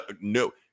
no